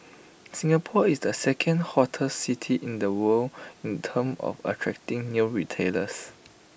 Singapore is the second hottest city in the world in terms of attracting new retailers